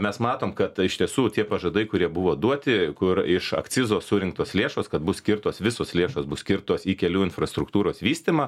mes matom kad iš tiesų tie pažadai kurie buvo duoti kur iš akcizo surinktos lėšos kad bus skirtos visos lėšos bus skirtos į kelių infrastruktūros vystymą